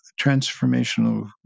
transformational